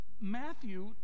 Matthew